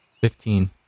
Fifteen